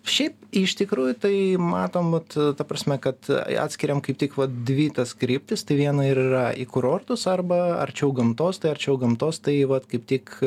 šiaip iš tikrųjų tai matom vat ta prasme kad atskiriam kaip tik va dvi tas kryptis tai viena ir yra į kurortus arba arčiau gamtos tai arčiau gamtos tai vat kaip tik